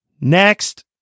Next